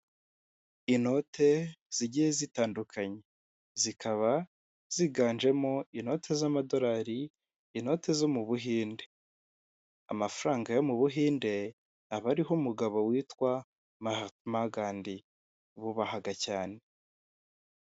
Utubati twiza dushyashya bari gusiga amarangi ukaba wadukoresha ubikamo ibintu yaba imyenda, ndetse n'imitako.